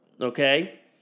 Okay